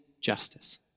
justice